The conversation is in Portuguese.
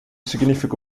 significa